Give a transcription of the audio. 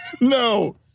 no